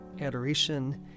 adoration